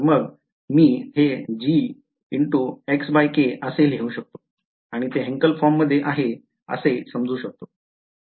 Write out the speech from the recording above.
तर मग मी हे असे लिहू शकतो आणि ते Hankel फॉर्म मध्ये आहे असे समजू शकतो